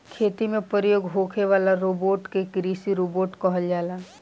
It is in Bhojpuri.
खेती में प्रयोग होखे वाला रोबोट के कृषि रोबोट कहल जाला